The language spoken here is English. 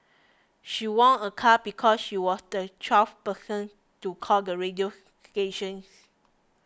she won a car because she was the twelfth person to call the radio stations